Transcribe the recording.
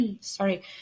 sorry